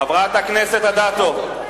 חברת הכנסת אדטו.